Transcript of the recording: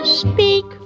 speak